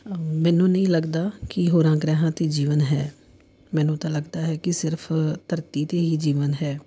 ਮੈਨੂੰ ਨਹੀਂ ਲੱਗਦਾ ਕਿ ਹੋਰਾਂ ਗ੍ਰਹਿਆਂ 'ਤੇ ਜੀਵਨ ਹੈ ਮੈਨੂੰ ਤਾਂ ਲੱਗਦਾ ਹੈ ਕਿ ਸਿਰਫ਼ ਧਰਤੀ 'ਤੇ ਹੀ ਜੀਵਨ ਹੈ